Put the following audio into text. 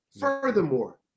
Furthermore